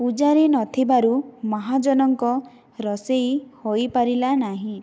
ପୂଜାରୀ ନଥିବାରୁ ମହାଜନଙ୍କ ରୋଷେଇ ହୋଇପାରିଲା ନାହିଁ